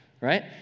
Right